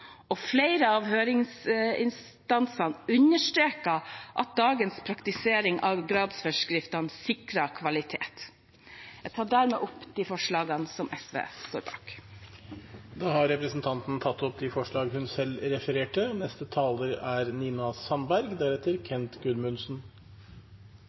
Flere av høringsinstansene understreker at dagens praktisering av gradsforskriftene sikrer kvalitet. Jeg tar dermed opp de forslagene som SV står bak. Representanten Mona Fagerås har tatt opp de forslagene hun refererte til. Arbeiderpartiet har store ambisjoner for universitetene og høyskolene. Koronakrisen viser hvor viktig det er,